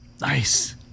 Nice